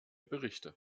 berichte